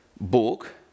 book